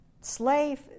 slave